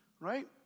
right